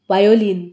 violin